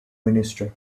minister